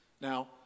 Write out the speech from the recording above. Now